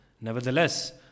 Nevertheless